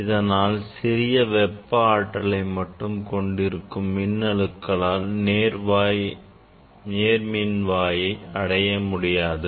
இதனால் சிறிய வெப்ப ஆற்றலை மட்டும் கொண்டிருக்கும் மின்னணுக்களால் நேர்மின்வாயை அடைய முடியாது